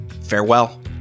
Farewell